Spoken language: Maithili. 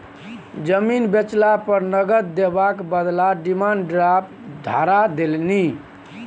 जमीन बेचला पर नगद देबाक बदला डिमांड ड्राफ्ट धरा देलनि